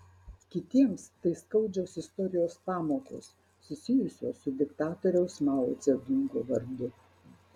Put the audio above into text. kitiems tai skaudžios istorijos pamokos susijusios su diktatoriaus mao dzedungo vardu